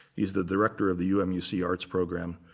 he's the director of the umc arts program,